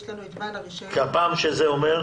יש לנו את בעל רישיון --- גפ"מ, שזה אומר?